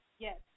Yes